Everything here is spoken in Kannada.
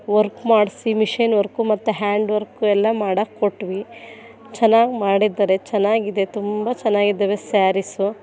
ವರ್ಕ್ ಮಾಡಿಸಿ ಮಿಷನ್ ವರ್ಕು ಮತ್ತೆ ಹ್ಯಾಂಡ್ ವರ್ಕು ಎಲ್ಲ ಮಾಡೋಕೆ ಕೊಟ್ಟು ಚೆನ್ನಾಗಿ ಮಾಡಿದ್ದಾರೆ ಚೆನ್ನಾಗಿದೆ ತುಂಬ ಚೆನ್ನಾಗಿದ್ದಾವೆ ಸ್ಯಾರೀಸು